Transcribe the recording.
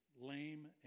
lame